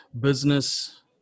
business